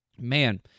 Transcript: man